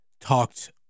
talked